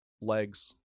legs